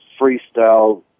freestyle